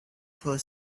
for